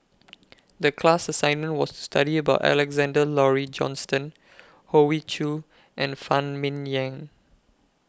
The class assignment was to study about Alexander Laurie Johnston Hoey Choo and Phan Ming Yen